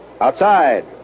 Outside